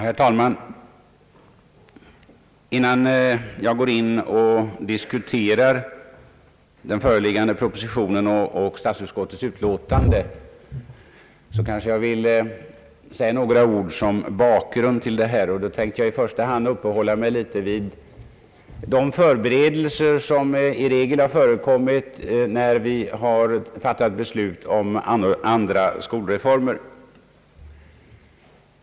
Herr talman! Innan jag börjar diskutera den föreliggande propositionen och statsutskottets utlåtande vill jag säga några ord som bakgrund. Jag ämnar i första hand uppehålla mig något vid de förberedelser som i regel förekommit innan vi fattat beslut om andra skolreformer.